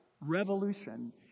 revolution